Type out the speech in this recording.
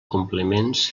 compliments